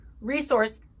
resource